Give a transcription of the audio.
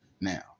Now